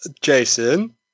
Jason